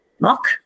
mock